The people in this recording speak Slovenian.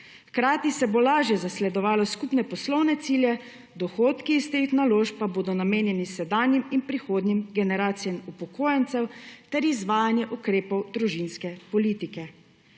hkrati se bo lažje zasledovalo skupne poslovne cilje, dohodki iz teh naložb pa bodo namenjeni sedanjim in prihodnjim generacijam upokojencev, ter izvajanje ukrepov družinske politike.